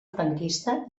franquista